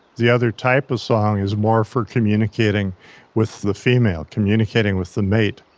the other type of song is more for communicating with the female, communicating with the mate.